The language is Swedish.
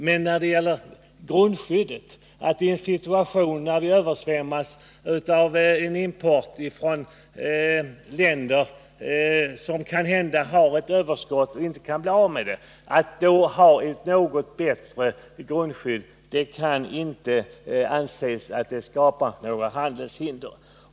Att ha ett något bättre grundskydd i en situation när vi översvämmas av import från länder, som kanhända har överskott som de inte kan bli av med på annat sätt, kan väl inte anses skapa några handelshinder.